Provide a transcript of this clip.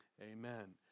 Amen